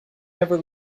never